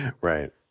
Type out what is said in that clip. right